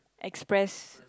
express